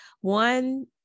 one